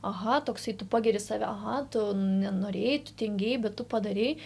aha toksai tu pagiri save aha tu nenorėjai tu tingėjai bet tu padarei